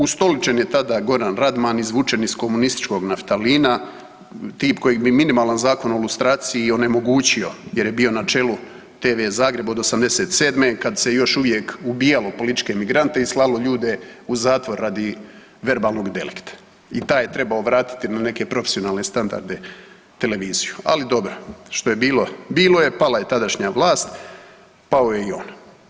Ustoličen je tada Goran Radman izvučen iz komunističkog naftalina, tip kojeg bi minimalan Zakon o lustraciji onemogućio jer je bio na čelu TV Zagreb od '87. kad se još uvijek ubijalo političke migrante i slalo ljude u zatvor radi verbalnog delikta i taj je trebao vratiti na neke profesionalne standarde televiziju, ali dobro, što je bilo, bilo je, pala je tadašnja vlast, pao je i on.